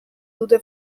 dute